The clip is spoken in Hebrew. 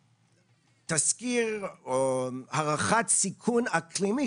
לתזכיר או להערכת סיכון אקלימי,